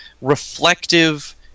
reflective